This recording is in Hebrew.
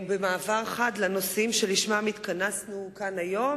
במעבר חד לנושאים שלשמם התכנסנו כאן היום,